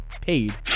paid